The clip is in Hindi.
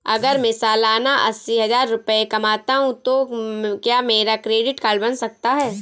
अगर मैं सालाना अस्सी हज़ार रुपये कमाता हूं तो क्या मेरा क्रेडिट कार्ड बन सकता है?